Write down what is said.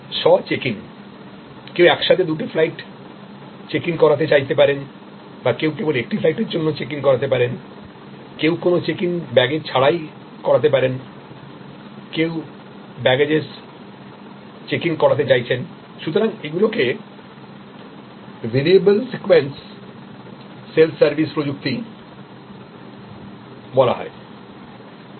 স্ব check in কেউ একসাথে দুটি ফ্লাইট চেক ইন করাতে চাইতে পারেন বা কেউ কেবল একটি ফ্লাইটের জন্য চেক ইন করাতে পারেন কেউ কোনও চেক ইন ব্যাগেজে ছাড়াই করাতে পারেন কেউ ব্যাগেজেস চেক ইন করাতে চাইছেন সুতরাং এগুলিকে ভেরিয়েবল সিকোয়েন্স সেল্ফ সার্ভিস প্রযুক্তি সিস্টেম বলা হয়